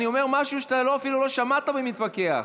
אני אומר משהו שאתה אפילו לא שמעת, ומתווכח.